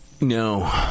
No